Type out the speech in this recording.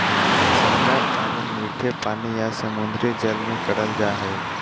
झींगा पालन मीठे पानी या समुंद्री जल में करल जा हय